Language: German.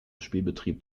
spielbetrieb